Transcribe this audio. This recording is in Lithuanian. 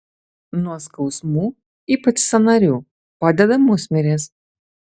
nuo skausmų ypač sąnarių padeda musmirės